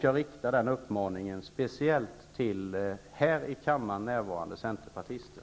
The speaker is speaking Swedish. Jag riktar den uppmaningen framför allt till här i kammaren närvarande centerpartister.